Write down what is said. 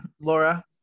Laura